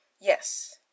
Yes